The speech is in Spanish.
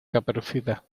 caperucita